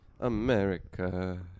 America